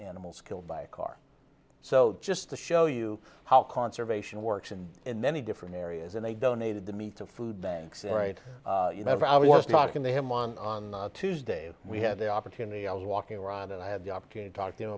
animals killed by a car so just to show you how conservation works and in many different areas and they donated the meat to food banks right you never i was talking to him one on tuesday we had the opportunity i was walking around and i had the opportunity to talk to